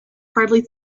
hardly